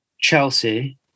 Chelsea